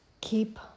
keep